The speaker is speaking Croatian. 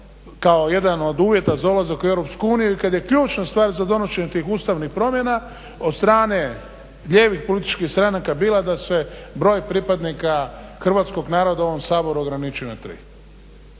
kao jedan od uvjeta za ulazak u EU i kad je ključna stvar za donošenje tih ustavnih promjena od strane lijevih političkih stranaka bila da se broj pripadnika hrvatskog naroda u ovom Saboru ograniči na tri.